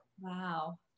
Wow